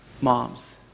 moms